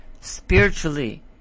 spiritually